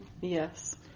Yes